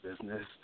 business